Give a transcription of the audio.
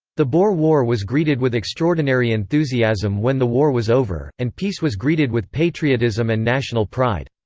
the boer war was greeted with extraordinary enthusiasm when the war was over, and peace was greeted with patriotism and national pride.